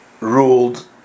ruled